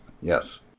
Yes